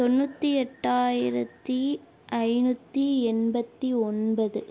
தொண்ணுற்றி எட்டாயிரத்து ஐநூற்றி எண்பத்து ஒன்பது